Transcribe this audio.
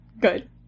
good